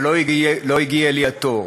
אבל לא הגיע אלי התור,